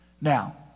Now